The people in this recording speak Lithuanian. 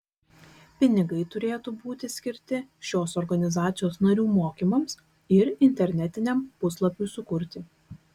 pinigai turėtų būti skirti šios organizacijos narių mokymams ir internetiniam puslapiui sukurti